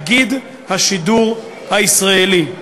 לתאגיד השידור הישראלי.